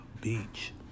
beach